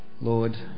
Lord